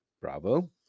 Bravo